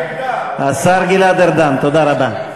אני, השר גלעד ארדן, תודה רבה.